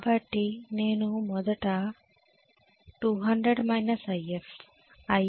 కాబట్టి నేను మొదట 200 If If ని 240100 2